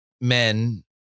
men